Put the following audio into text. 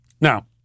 Now